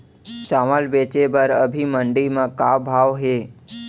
चांवल बेचे बर अभी मंडी म का भाव हे?